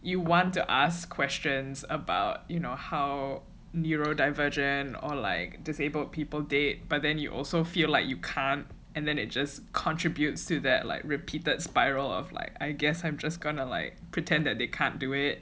you want to ask questions about you know how neuro divergent or like disabled people date but then you also feel like you can't and then it just contribute to that like repeated spiral of like I guess I'm just gonna like pretend that they can't do it